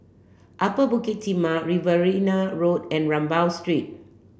Upper Bukit Timah Riverina Road and Rambau Street